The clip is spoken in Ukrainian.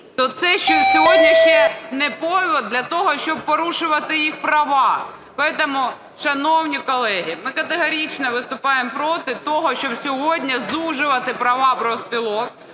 це сьогодні ще не привід для того, щоб порушувати їх права. Тому, шановні колеги, ми категорично виступаємо проти того, щоб сьогодні звужувати права профспілок,